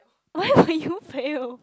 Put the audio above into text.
why will you fail